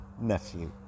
nephew